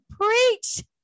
preach